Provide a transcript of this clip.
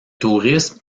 tourisme